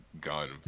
gun